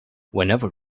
whenever